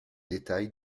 détails